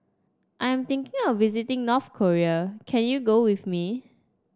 I'm thinking of visiting North Korea can you go with me